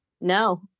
no